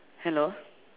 hello